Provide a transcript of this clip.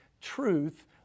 truth